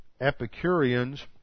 Epicureans